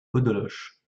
beaudeloche